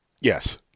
Yes